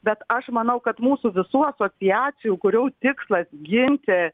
bet aš manau kad mūsų visų asociacijų kurou tikslas ginti